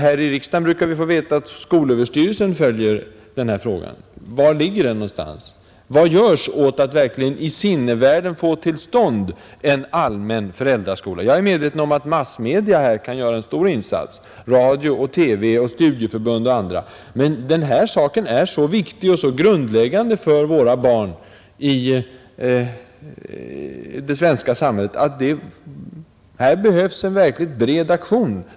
Här i riksdagen brukar vi få veta att skolöverstyrelsen följer frågan. Jag är medveten om att massmedia kan göra en stor insats — radio, TV, studieförbunden m.fl. Men den här saken är så viktig och så grundläggande för barnen i det svenska samhället, att det behövs en verkligt bred aktion.